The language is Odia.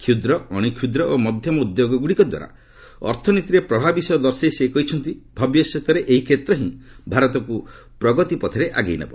କ୍ଷୁଦ୍ର ଅଣୁକ୍ଷୁଦ୍ର ଓ ମଧ୍ୟମ ଉଦ୍ୟୋଗଗୁଡ଼ିକଦ୍ୱାରା ଅର୍ଥନୀତିରେ ପ୍ରଭାବ ବିଷୟ ଦର୍ଶାଇ ସେ କହିଛନ୍ତି ଭବିଷ୍ୟତରେ ଏହି କ୍ଷେତ୍ର ହିଁ ଭାରତକୁ ପ୍ରଗତି ପଥରେ ଆଗେଇ ନେବ